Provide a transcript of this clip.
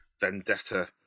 vendetta